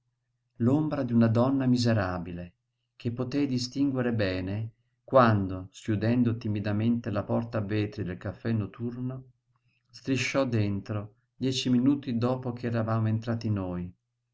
deserte l'ombra d'una donna miserabile che potei distinguere bene quando schiudendo timidamente la porta a vetri del caffè notturno strisciò dentro dieci minuti dopo ch'eravamo entrati noi